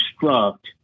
construct